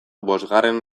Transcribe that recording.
bosgarren